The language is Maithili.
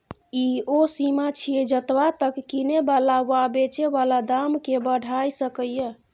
ई ओ सीमा छिये जतबा तक किने बला वा बेचे बला दाम केय बढ़ाई सकेए